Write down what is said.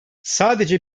sadece